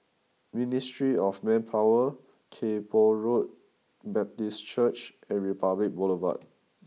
Ministry of Manpower Kay Poh Road Baptist Church and Republic Boulevard